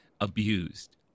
abused